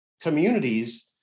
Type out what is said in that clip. communities